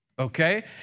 Okay